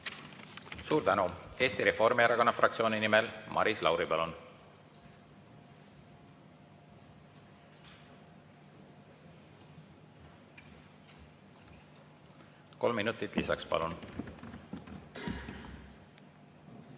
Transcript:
Suur tänu! Eesti Reformierakonna fraktsiooni nimel Maris Lauri, palun! Kolm minutit lisaks, palun!